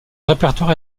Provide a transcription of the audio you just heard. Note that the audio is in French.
répertoire